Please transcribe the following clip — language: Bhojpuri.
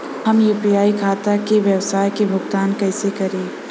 हम यू.पी.आई खाता से व्यावसाय के भुगतान कइसे करि?